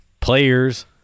players